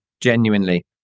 genuinely